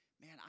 Man